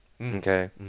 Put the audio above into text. Okay